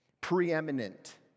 preeminent